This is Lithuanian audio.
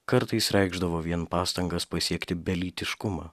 kartais reikšdavo vien pastangas pasiekti belytiškumą